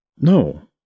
No